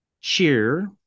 cheer